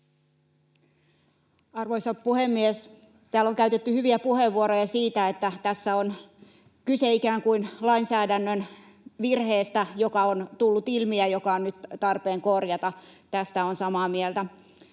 Arvoisa puhemies! Täällä on käytetty hyviä puheenvuoroja siitä, että tässä on kyse ikään kuin lainsäädännön virheestä, joka on tullut ilmi ja joka on nyt tarpeen korjata. Tästä olen samaa mieltä.